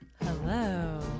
Hello